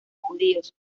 judíos